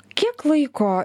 kiek laiko